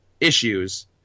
issues